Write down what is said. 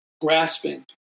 grasping